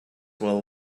will